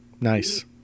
Nice